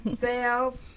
Sales